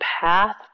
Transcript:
path